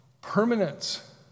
permanence